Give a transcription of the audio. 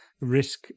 risk